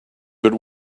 but